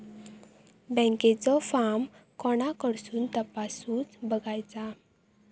बँकेचो फार्म कोणाकडसून तपासूच बगायचा?